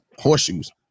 horseshoes